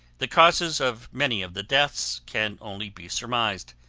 the causes of many of the deaths can only be surmised,